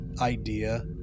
idea